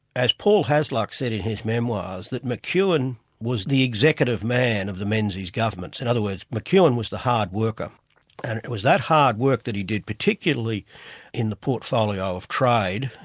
as paul hasluck said in his memoirs that mcewen was the executive man of the menzies governments. in other words, mcewen was the hard worker, and it was that hard work that he did, particularly in the portfolio of trade,